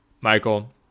Michael